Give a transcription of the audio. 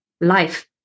life